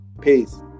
Peace